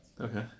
Okay